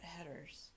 headers